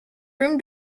room